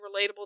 relatable